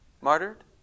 martyred